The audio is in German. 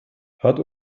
hat